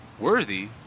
worthy